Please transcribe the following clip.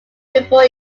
before